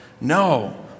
No